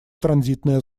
транзитная